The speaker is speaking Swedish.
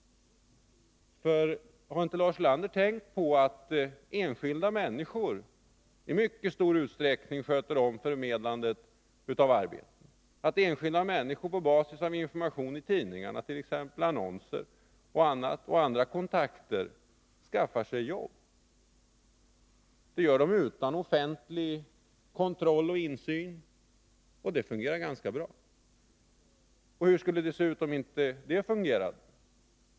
Har inte Lars Ulander tänkt på att enskilda människor i mycket stor utsträckning sköter om förmedlandet av egna arbeten, att enskilda människor på basis av informationer i tidningarna, t.ex. annonser, och andra kontakter skaffar sig jobb? Det gör de utan offentlig kontroll och insyn, och det fungerar bra. Hur skulle det se ut om detta inte fungerade?